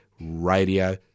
Radio